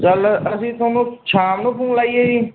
ਚੱਲ ਅਸੀਂ ਤੁਹਾਨੂੰ ਸ਼ਾਮ ਨੂੰ ਫੋਨ ਲਾਈਏ ਜੀ